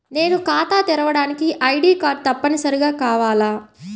నేను ఖాతా తెరవడానికి ఐ.డీ కార్డు తప్పనిసారిగా కావాలా?